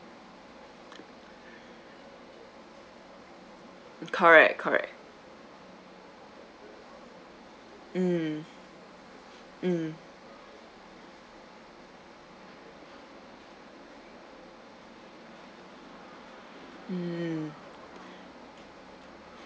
ah correct correct mm mm mm